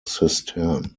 cistern